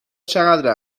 چقدر